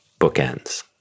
bookends